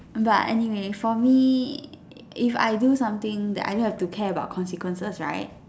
but anyway for me if I do something I don't have to care about consequences right